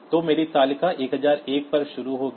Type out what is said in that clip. तो मेरी तालिका 1001 पर शुरू होगी